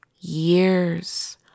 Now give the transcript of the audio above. years